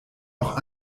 auch